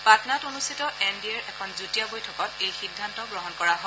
পাটনাত অনুষ্ঠিত N D এৰ এখন যুটীয়া বৈঠকত এই সিদ্ধান্ত গ্ৰহণ কৰা হয়